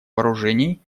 вооружений